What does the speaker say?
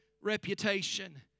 reputation